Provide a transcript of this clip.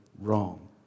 wrong